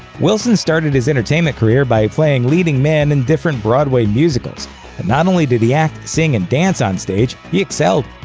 wilson started his entertainment career by playing leading men in different broadway musicals and not only did he act, sing, and dance on-stage, he excelled.